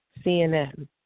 CNN